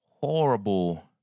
horrible